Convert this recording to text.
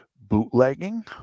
Bootlegging